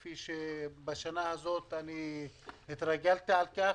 כפי שבשנה הנוכחית התרגלתי לכך,